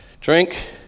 drink